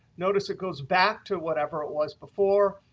notice it goes back to whatever it was before.